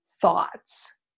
thoughts